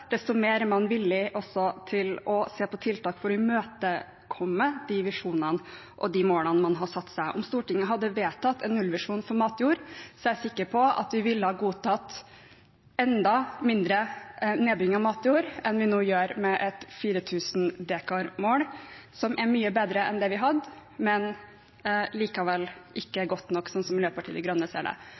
desto mer er man villig til å se på tiltak for å imøtekomme de visjonene og de målene man har satt seg. Om Stortinget hadde vedtatt en nullvisjon for matjord, er jeg sikker på at vi ville ha godtatt enda mindre nedbygging av matjord enn vi gjør nå med et mål på 4 000 dekar, som er mye bedre enn det vi hadde, men likevel ikke godt nok, slik Miljøpartiet De Grønne ser det.